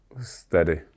Steady